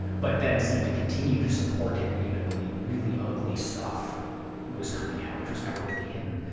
but then seemed to continue to support him even when the really ugly stuff was coming out, which was never really hidden.